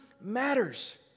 matters